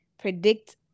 predict